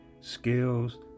skills